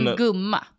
gumma